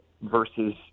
versus